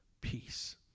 peace